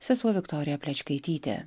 sesuo viktorija plečkaitytė